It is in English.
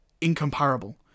incomparable